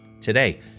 today